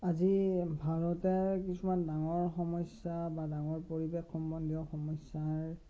আজি ভাৰতে কিছুমান ডাঙৰ সমস্যা বা ডাঙৰ পৰিৱেশ সম্বন্ধীয় সমস্যাৰ